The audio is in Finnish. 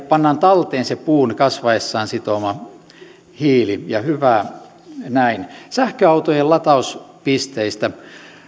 pannaan talteen se puun kasvaessaan sitoma hiili ja hyvä näin sähköautojen latauspisteistä